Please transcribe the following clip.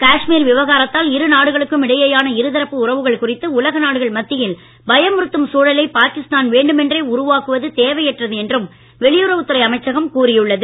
காஷ்மீர் விவகாரத்தால் இரு நாடுகளுக்கும் இடையேயான இருதரப்பு உறவுகள் குறித்து உலக நாடுகள் மத்தியில் பயமுறுத்தும் சூழலை பாகிஸ்தான் வேண்டுமென்றே உருவாக்குவது தேவையற்றது என்றும் வெளியுறவுத் துறை அமைச்சகம் கூறியுள்ளது